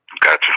Gotcha